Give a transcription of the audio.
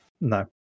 no